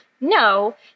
No